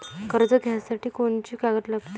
कर्ज घ्यासाठी कोनची कागद लागते?